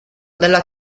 della